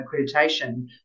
accreditation